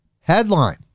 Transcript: headline